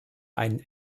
einen